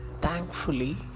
Thankfully